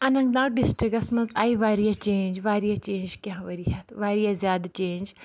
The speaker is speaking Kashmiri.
اَننت ناگ ڈِسٹرِکس منز آیہِ واریاہ چینج واریاہ چینج کینٛہہ ؤری ہیٚتھ واریاہ زیادٕ چینج